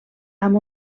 amb